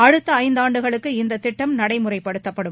அடுத்த ஐந்தாண்டுகளுக்கு இந்தத் திட்டம் நடைமுறைப்படுத்தப்படும்